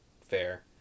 fair